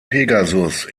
pegasus